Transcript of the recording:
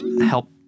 help